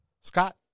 Scott